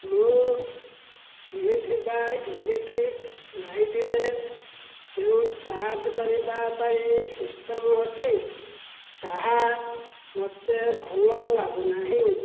ମୁଁ କିଣିଥିବା ଇଲେକ୍ଟ୍ରିକ୍ ଲାଇଟ୍ରେ ଯେଉଁ ଚାର୍ଜ୍ କରିବା ପାଇଁ ସିଷ୍ଟମ୍ ଅଛି ତାହା ମୋତେ ଭଲ ଲାଗୁନାହିଁ